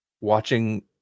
watching